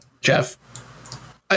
Jeff